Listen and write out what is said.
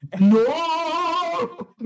No